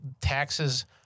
taxes